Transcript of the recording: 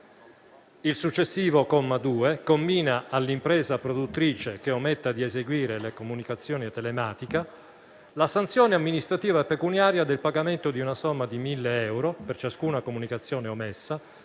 Il successivo comma 2 commina all'impresa produttrice che ometta di eseguire la comunicazione telematica la sanzione amministrativa pecuniaria del pagamento di una somma di 1.000 euro per ciascuna comunicazione omessa,